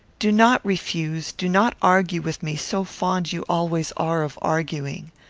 do not refuse do not argue with me, so fond you always are of arguing!